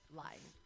lying